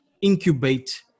incubate